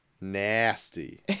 Nasty